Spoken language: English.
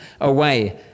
away